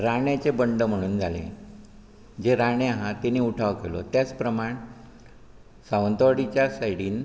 राण्याचें बंड म्हणून जालें जे राणे हा तेणी उटाव केलो त्याच प्रमाण सावंतवाडिच्या सायडीन